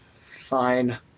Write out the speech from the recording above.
Fine